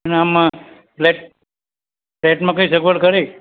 અને આમાં ફ્લેટ ફ્લેટમાં કાંઈ સગવડ ખરી